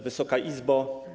Wysoka Izbo!